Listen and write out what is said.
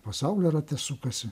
pasaulio rate sukasi